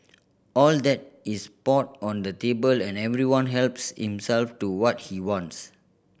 all that is poured on the table and everyone helps himself to what he wants